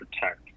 protect